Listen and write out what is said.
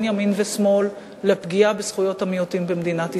ימין לשמאל לפגיעה בזכויות המיעוטים במדינת ישראל.